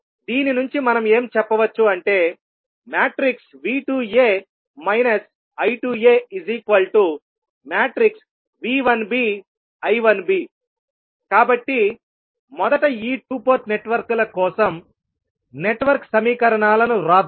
దీని నుంచి మనం ఏం చెప్పవచ్చు అంటే V2a I2a V1b I1b కాబట్టి మొదట ఈ 2 పోర్ట్ నెట్వర్క్ల కోసం నెట్వర్క్ సమీకరణాలను వ్రాద్దాం